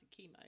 chemo